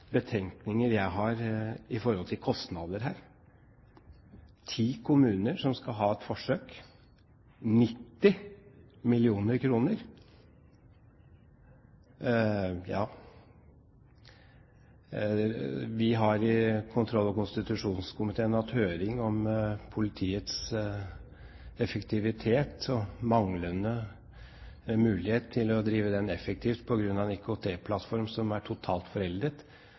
kostnader her. Ti kommuner som skal ha et forsøk – 90 mill. kr. Vi har i kontroll- og konstitusjonskomiteen hatt høring om politiets effektivitet og manglende mulighet til å drive effektivt på grunn av en IKT-plattform som er totalt foreldet.